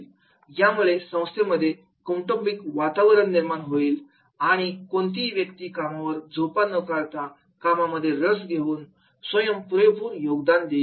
यामुळे संस्थेमध्ये कौटुंबिक वातावरण निर्माण होईल आणि कोणीही व्यक्ती कामावर झोपा न काढता कामामध्ये रस घेऊन स्वतः पुरेपुर योगदान देईल